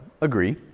agree